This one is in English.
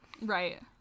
Right